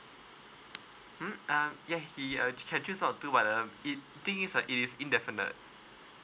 mm uh yeah he uh can choose on to what um it think it's uh is indefinite